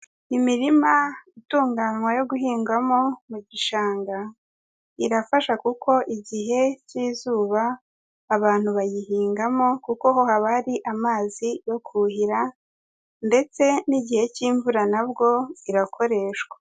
Imirima itunganywa yo guhingwamo mu gishanga irafasha kuko igihe cy'izuba abantu bayihingamo kuko ho haba hari amazi yo kuhira ndetse n'igihe cy'imvura nabwo irakoreshwa.